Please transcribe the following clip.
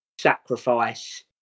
sacrifice